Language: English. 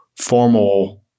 formal